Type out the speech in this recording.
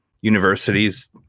universities